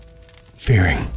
fearing